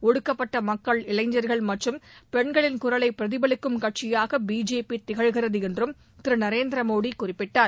ஒடுக்கப்பட்ட மக்கள் இளைஞர்கள் மற்றும் பெண்களின் குரலை பிரதிபலிக்கும் கட்சியாக பிஜேபி திகழ்கிறது என்றும் திரு நரேந்திர மோடி குறிப்பிட்டார்